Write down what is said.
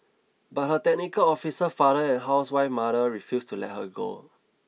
but her technical officer father and housewife mother refused to let her go